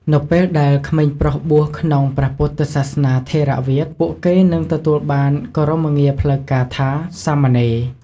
នៅពេលដែលក្មេងប្រុសបួសក្នុងព្រះពុទ្ធសាសនាថេរវាទ ពួកគេនឹងទទួលបានគោរមងារផ្លូវការថា "សាមណេរ"។